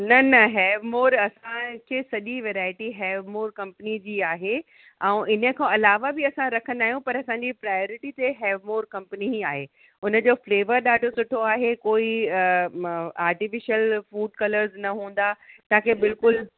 न न हैवमोर असांखे सॼी वैरायटी हैवमोर कंपनी जी आहे ऐं हिन खां अलावा बि असां रखंदा आहियूं पर असांजी प्रायोरिटी ते हैवमोर कंपनी ई आहे हुनजो फ़्लेवर ॾाढो सुठो आहे कोई आर्टिफ़िशियल फ़ूड कलर्स न हूंदा तव्हांखे बिल्कुलु